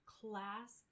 class